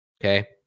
okay